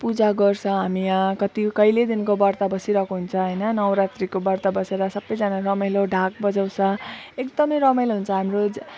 पूजा गर्छ हामी यहाँ कति कहिल्यैदेखिको व्रत बसिरहेको हुन्छ होइन नवरात्रिको व्रत बसेर सबैजना रमाइलो ढाक बजाउँछ एकदम रमाइलो हुन्छ हाम्रो